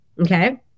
okay